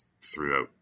throughout